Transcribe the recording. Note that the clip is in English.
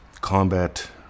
combat